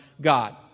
God